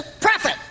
profit